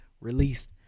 released